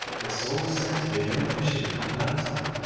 the soul said to the young fisherman at night-time,